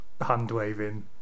hand-waving